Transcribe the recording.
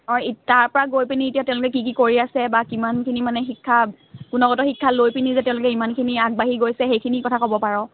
অঁ তাৰপৰা গৈ কিনে এতিয়া তেওঁলোকে কি কি কৰি আছে বা কিমানখিনি মানে শিক্ষা গুণগত শিক্ষা লৈ পিনে যে তেওঁলোকে ইমানখিনি আগবাঢ়ি গৈছে সেইখিনি কথা ক'ব পাৰ